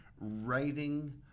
writing